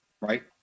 right